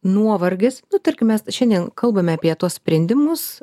nuovargis nu tarkim mes šiandien kalbame apie tuos sprendimus